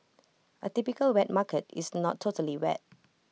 A typical wet market is not totally wet